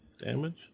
damage